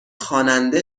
خواننده